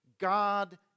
God